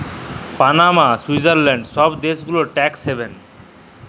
Panama, Switzerland ছব দ্যাশ গুলা ট্যাক্স হ্যাভেল